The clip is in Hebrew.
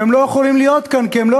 והם לא יכולים להיות כאן כי הם לא